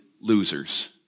losers